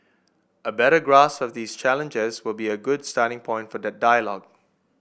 a better grasp of this challenges will be a good starting point for that dialogue